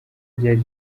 ryari